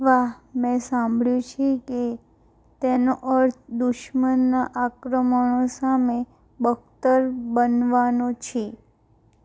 વાહ મેં સાંભળ્યું છે કે તેનો અર્થ દુશ્મનનાં આક્રમણો સામે બખ્તર બનવાનો છે